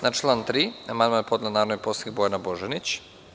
Na član 3. amandman je podneo narodni poslanik Bojana Božanić.